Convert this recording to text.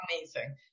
amazing